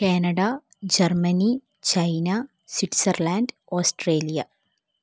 Canada Germany China Switzerland Australia